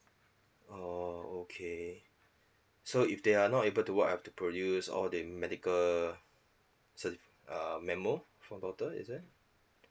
orh okay so if they are not able to work I have to produce all the medical certi~ err memo from doctor is it